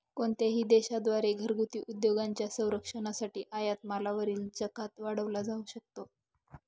कोणत्याही देशा द्वारे घरगुती उद्योगांच्या संरक्षणासाठी आयात मालावरील जकात वाढवला जाऊ शकतो